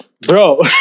Bro